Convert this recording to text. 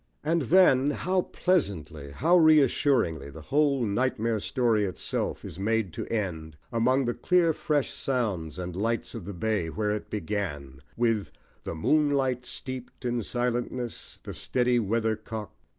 and then, how pleasantly, how reassuringly, the whole nightmare story itself is made to end, among the clear fresh sounds and lights of the bay, where it began, with the moon-light steeped in silentness, the steady weather-cock.